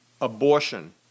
abortion